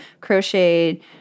crocheted